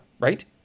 right